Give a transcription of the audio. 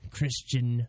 Christian